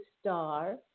star